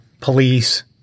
police